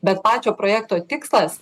bet pačio projekto tikslas